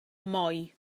moi